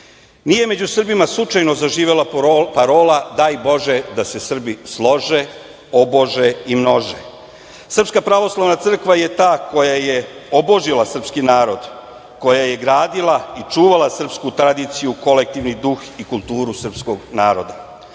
živi. Nije među Srbima slučajno zaživela parola "Daj Bože da se Srbi slože, obože i množe". Srpska pravoslavna crkva je ta koja je obožila srpski narod, koja je gradila i čuvala srpsku tradiciju, kolektivni duh i kulturu srpskog naroda.